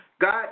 God